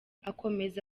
akomeza